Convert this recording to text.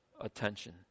Attention